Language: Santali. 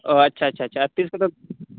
ᱚ ᱟᱪᱪᱷᱟ ᱪᱷᱟ ᱟᱨ ᱛᱤᱥ ᱠᱚᱛᱮ